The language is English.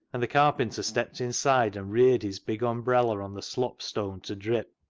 and the carpenter stepped inside, and reared his big umbrella on the slop-stone to drip.